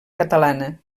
catalana